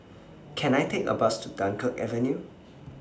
Can I Take A Bus to Dunkirk Avenue